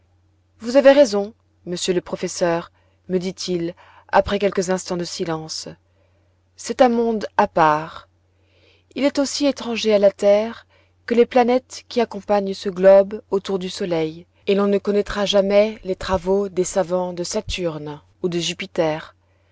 vous avez raison monsieur le professeur me dit-il après quelques instants de silence c'est un monde à part il est aussi étranger à la terre que les planètes qui accompagnent ce globe autour du soleil et l'on ne connaîtra jamais les travaux des savants de saturne ou de jupiter